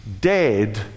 Dead